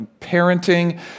parenting